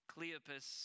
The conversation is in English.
Cleopas